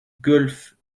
golfe